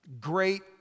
great